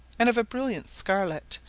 and of a brilliant scarlet,